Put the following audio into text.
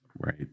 Right